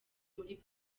muri